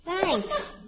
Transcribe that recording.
Thanks